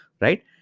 Right